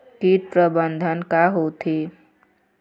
कीट प्रबंधन का होथे?